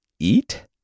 eat